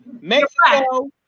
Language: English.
Mexico